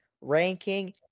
ranking